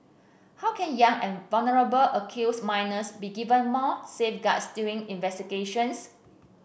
how can young and vulnerable accused minors be given more safeguards during investigations